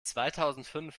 zweitausendfünf